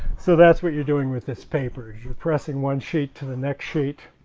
so that's what you're doing with this paper you're pressing one sheet to the next sheet.